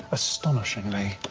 astonishingly,